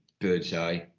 Birdseye